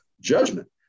judgment